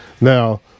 Now